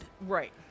Right